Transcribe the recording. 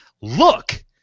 look